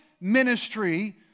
ministry